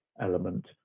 element